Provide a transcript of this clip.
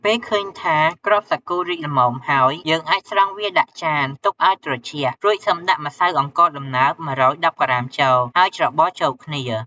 ពេលឃើញថា គ្រាប់សាគូរីកល្មមហើយ យើងអាចស្រង់វាដាក់ចាន ទុកឱ្យត្រជាក់ រួចសិមដាក់ម្សៅអង្ករដំណើប ១១០ក្រាមចូល ហើយច្របល់ចូលគ្នា។